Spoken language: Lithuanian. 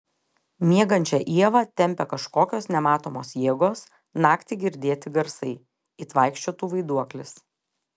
miegančią ievą tempia kažkokios nematomos jėgos naktį girdėti garsai it vaikščiotų vaiduoklis